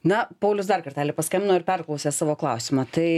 na paulius dar kartelį paskambino ir perklausė savo klausimą tai